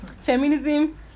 feminism